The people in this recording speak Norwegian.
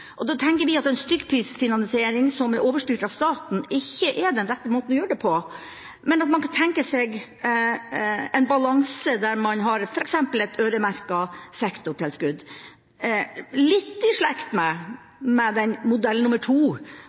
En stykkprisfinansiering som er overstyrt av staten, er ikke den rette måten å gjøre det på, men man kan tenke seg en balanse der man har f.eks. et øremerket sektortilskudd – det er litt i slekt med